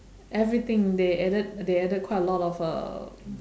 everything they added they added quite a lot of uh